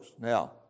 Now